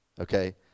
okay